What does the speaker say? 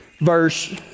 verse